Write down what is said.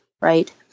right